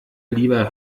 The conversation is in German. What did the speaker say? lieber